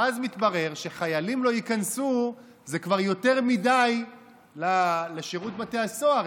ואז מתברר ש"חיילים לא ייכנסו" זה כבר יותר מדי לשירות בתי הסוהר,